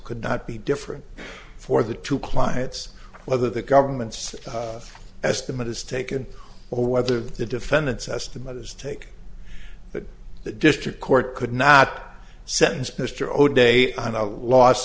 could not be different for the two clients whether the government's estimate is taken or whether the defendants estimate is take but the district court could not sentence mr o'day on a loss